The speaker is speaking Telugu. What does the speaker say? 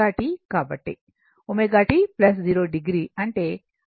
కాబట్టి ω t 0o అంటే అది Im √ 2 0 o